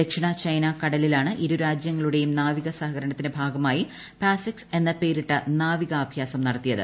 ദക്ഷിണ ചൈനാ കടലിലാണ് ഇരുരാജ്യങ്ങളുടെയും നാവിക സഹകരണത്തിന്റെ ഭാഗമായി പാസ്സെക്സ് എന്ന പേരിട്ട നാവികാഭ്യാസം നടത്തിയത്